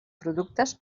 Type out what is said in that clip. productes